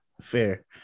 fair